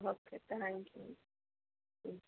okay thank you